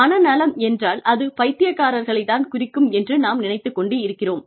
மன நலம் என்றால் அது பைத்தியக்கார்களைத் தான் குறிக்கும் என்று நாம் நினைத்துக் கொண்டிருக்கிறோம்